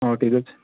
ହେଉ ଠିକ୍ ଅଛି